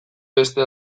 beste